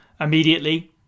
immediately